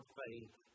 faith